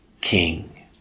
king